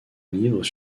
livres